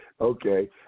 Okay